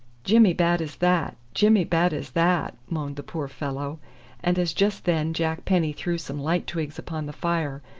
jimmy bad as that jimmy bad as that, moaned the poor fellow and as just then jack penny threw some light twigs upon the fire,